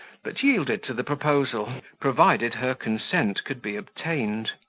but yielded to the proposal, provided her consent could be obtained.